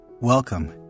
Welcome